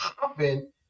happen